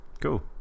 Cool